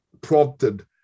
prompted